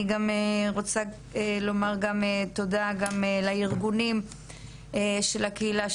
אני רוצה לומר גם תודה לארגונים של הקהילה,